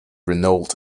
renault